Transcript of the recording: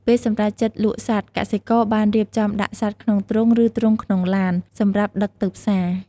ពេលសម្រេចចិត្តលក់សត្វ កសិករបានរៀបចំដាក់សត្វក្នុងទ្រុង ឬទ្រុងក្នុងឡាន សម្រាប់ដឹកទៅផ្សារ។